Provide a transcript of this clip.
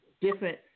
different